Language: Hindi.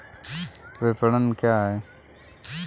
विपणन क्या है?